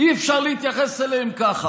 אני בא לענות,